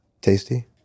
Tasty